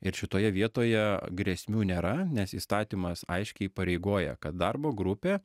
ir šitoje vietoje grėsmių nėra nes įstatymas aiškiai įpareigoja kad darbo grupė